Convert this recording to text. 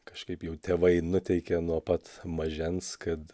kažkaip jau tėvai nuteikė nuo pat mažens kad